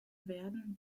werden